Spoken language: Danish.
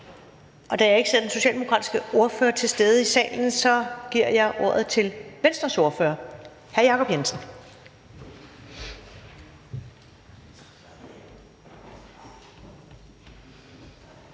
Da jeg ikke ser den socialdemokratiske ordfører til stede i salen, giver jeg ordet til Venstres ordfører, hr. Jacob Jensen.